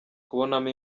kubonamo